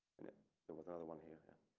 there was another one here. yep.